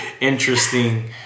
interesting